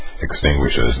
extinguishes